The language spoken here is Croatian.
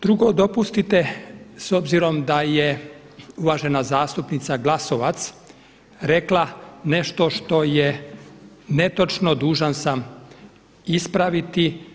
Drugo, dopustite s obzirom da je uvažena zastupnica Glasovac rekla nešto što je netočno, dužan sam ispraviti.